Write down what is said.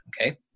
Okay